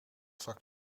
vak